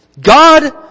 God